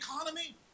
economy